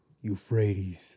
Euphrates